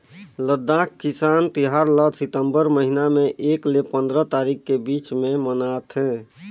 लद्दाख किसान तिहार ल सितंबर महिना में एक ले पंदरा तारीख के बीच में मनाथे